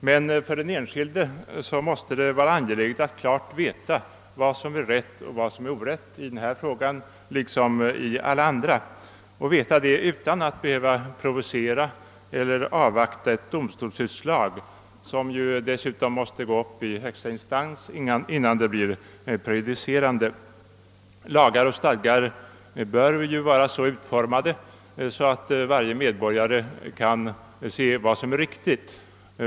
Men för den enskilde måste det vara angeläget att klart veta vad som är rätt och vad som är orätt i denna fråga liksom i alla andra och veta detta utan att behöva provocera eller avvakta ett domstolsutslag, som ju dessutom måste gå upp i högsta instans innan det blir prejudicerande. Lagar och stadgar bör ju vara så utformade, att varje medborgare kan se vad som är riktigt.